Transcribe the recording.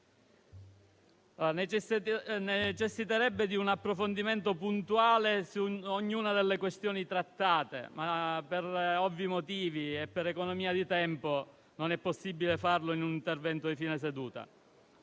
Necessiterebbe di un approfondimento puntuale su ciascuna questione trattata, ma per ovvi motivi e per economia di tempo non è possibile farlo in un intervento in